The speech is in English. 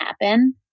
happen